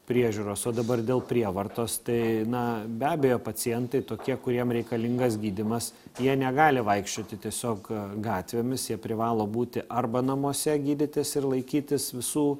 priežiūros o dabar dėl prievartos tai na be abejo pacientai tokie kuriem reikalingas gydymas jie negali vaikščioti tiesiog gatvėmis jie privalo būti arba namuose gydytis ir laikytis visų